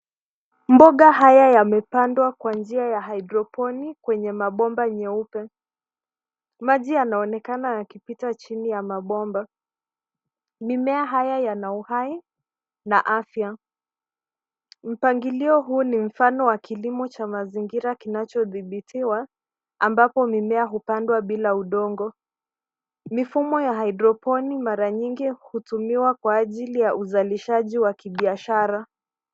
Mboga haya yamepandwa kwa njia ya hydroponi kwenye mabomba nyeupe. Maji yanaonekana yakipita chini ya mabomba. Mimea haya yana uhai na afya. Mpangilio huu ni mfano wa kilimo cha mazingira kinachodhibitiwa, ambapo mimea kupandwa bila udongo. Mifumo wa hydroponi mara nyingi hutumiwa kwa ajili ya uzalishaji wa kibiashara.